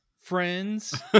friends